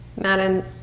Madden